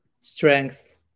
strength